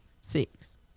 Six